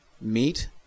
meat